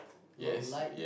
lot of like